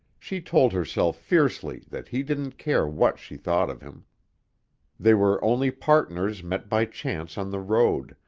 she told herself fiercely that he didn't care what she thought of him they were only partners met by chance on the road,